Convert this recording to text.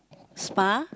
spa